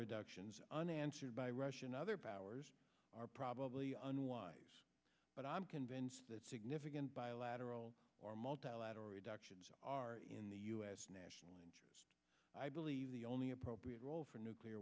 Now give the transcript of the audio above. reductions unanswered by russia and other powers are probably unwise but i'm convinced that significant bilateral or multilateral reductions are in the u s national i believe the only appropriate role for nuclear